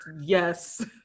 yes